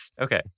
Okay